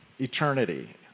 eternity